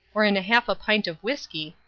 or in half a pint of whisky,